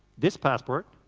this passport